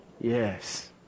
Yes